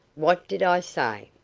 what did i say?